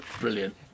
Brilliant